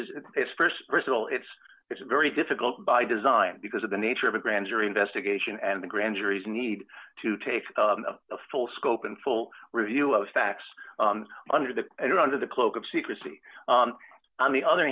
personal it's it's very difficult by design because of the nature of a grand jury investigation and the grand juries need to take the full scope and full review of facts under the under the cloak of secrecy on the other